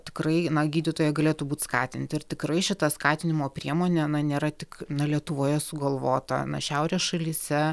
tikrai na gydytojai galėtų būt skatinti ir tikrai šita skatinimo priemonė na nėra tik na lietuvoje sugalvota na šiaurės šalyse